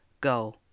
Go